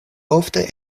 ofte